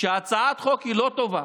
שהצעת החוק לא טובה,